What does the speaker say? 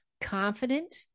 confident